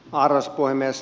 arvoisa puhemies